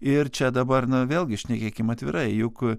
ir čia dabar na vėlgi šnekėkim atvirai juk